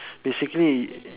basically